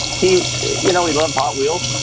he you know he loved hot wheels.